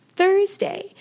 Thursday